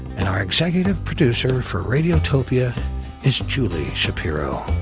and our executive producer for radiotopia is julie shapiro.